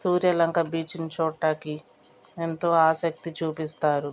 సూర్యలంక బీచ్ని చూడటానికి ఎంతో ఆసక్తి చూపిస్తారు